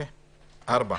(4)